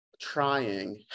trying